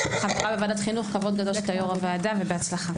הלשכה שלי ישב איתם.